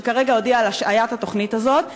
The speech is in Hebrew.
שכרגע הודיע על השעיית התוכנית הזאת,